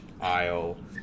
aisle